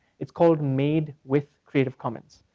it's called made with creative commons.